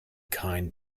kind